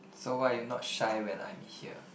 so why are you not shy when I'm here